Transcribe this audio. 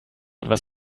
etwas